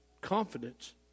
confidence